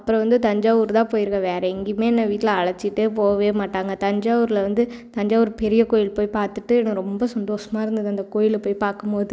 அப்புறம் வந்து தஞ்சாவூர் தான் போயிருக்கேன் வேறு எங்கேயுமே என்னை வீட்டில் அழச்சிட்டே போகவே மாட்டாங்க தஞ்சாவூரில் வந்து தஞ்சாவூர் பெரிய கோயில் போய் பார்த்துட்டு எனக்கு ரொம்ப சந்தோஷமாக இருந்தது அந்த கோயிலை போய் பார்க்கும் போது